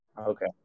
okay